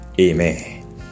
Amen